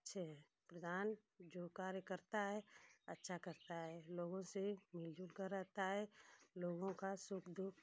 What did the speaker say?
बहुत अच्छे है प्रधान जो कार्य करता है अच्छा करता है लोगों से मिल जुल कर रहता है लोगों का सुख दुख